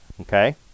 Okay